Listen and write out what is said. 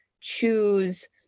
choose